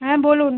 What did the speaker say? হ্যাঁ বলুন